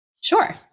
Sure